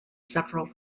several